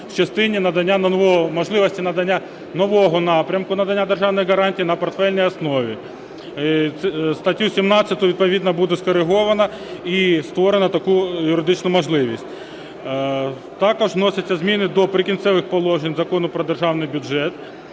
в частині можливості надання нового напрямку надання державних гарантій на портфельній основі. Статтю 17 відповідно буде скориговано і створено таку юридичну можливість. Також вносяться зміни до "Прикінцевих положень" Закону про Державний бюджет,